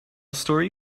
story